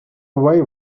away